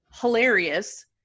hilarious